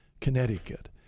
Connecticut